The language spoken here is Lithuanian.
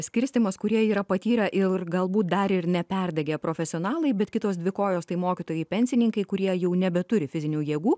skirstymas kurie yra patyrę ir galbūt dar ir neperdegę profesionalai bet kitos dvi kojos tai mokytojai pensininkai kurie jau nebeturi fizinių jėgų